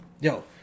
Yo